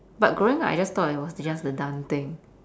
but growing up I just thought it was just a dumb thing